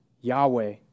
Yahweh